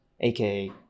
aka